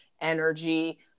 energy